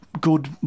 good